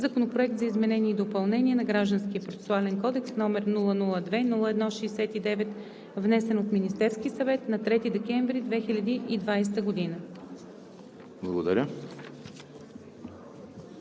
Законопроект за изменение и допълнение на Гражданския процесуален кодекс, № 002-01-69, внесен от Министерския съвет на 3 декември 2020 г.“